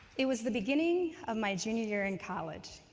it was the beginning of my junior year in college,